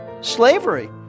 slavery